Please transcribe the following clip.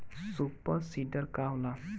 Super seeder का होला?